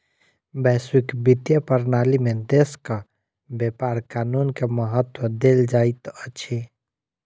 वैश्विक वित्तीय प्रणाली में देशक व्यापार कानून के महत्त्व देल जाइत अछि